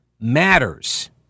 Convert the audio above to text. matters